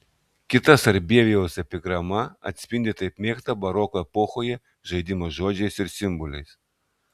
kita sarbievijaus epigrama atspindi taip mėgtą baroko epochoje žaidimą žodžiais ir simboliais